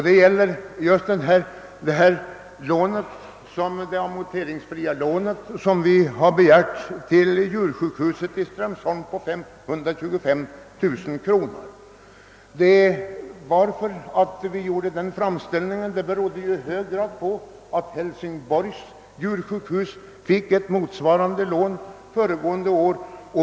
Den gäller just detta ränteoch amorteringsfria lån på 525 000 kronor, som vi har begärt till djursjukhuset i Strömsholm. Att vi gjorde denna framställning berodde i hög grad på att Hälsingborgs djursjukhus fick ett motsvarande lån föregående år.